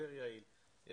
יותר יעיל,